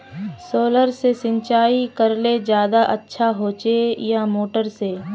Solar से सिंचाई करले ज्यादा अच्छा होचे या मोटर से?